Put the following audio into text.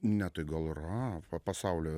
ne tai gal yra pasaulio